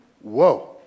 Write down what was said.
Whoa